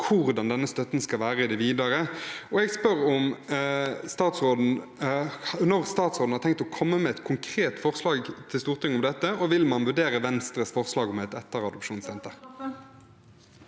hvordan denne støtten skal være i det videre. Når har statsråden tenkt å komme med et konkret forslag til Stortinget om dette, og vil man vurdere Venstres forslag om et etteradopsjonstilbud?